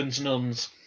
nuns